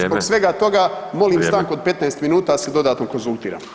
Zbog svega [[Upadica: Vrijeme.]] toga molim [[Upadica: Vrijeme.]] stanku od 15 minuta da se dodatno konzultiramo.